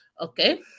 Okay